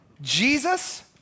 Jesus